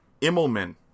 Immelman